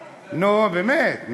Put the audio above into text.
נו, באמת.